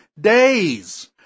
days